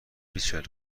ریچل